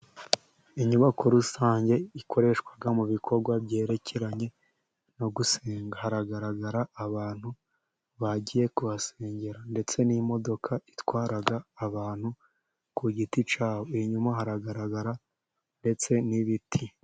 Inyubako rusange ikoreshwa mu bikorwa byerekeranye no gusenga hagaragara abantu bagiye kuhasengera ndetse n'imodoka itwara abantu ku giti cyabo, inyuma haragaragara ndetse n'ibiti.